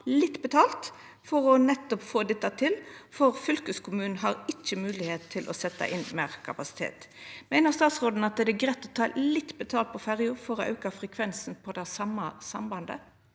litt betalt for nettopp å få dette til, for fylkeskommunen har ikkje moglegheit til å setja inn meir kapasitet. Meiner statsråden at det er greitt å ta litt betalt på ferja for å auka frekvensen på det same sambandet?